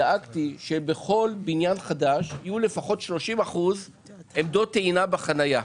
דאגתי שבכל בניין חדש יהיו לפחות 30% עמדות טעינה בחנייה.